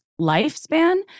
lifespan